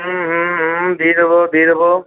হুম হুম হুম দিয়ে দেব দিয়ে দেব